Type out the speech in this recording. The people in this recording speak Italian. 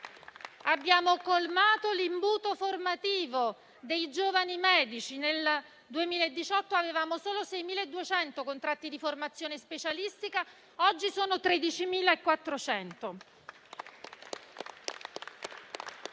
Abbiamo colmato l'imbuto formativo dei giovani medici: nel 2018 avevamo solo 6.200 contratti di formazione specialistica, mentre